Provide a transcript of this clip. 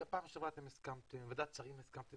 גם פעם שעברה הסכמתם, בוועדת שרים הסכמתם.